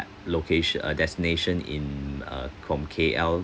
loca~ uh destination in uh from K_L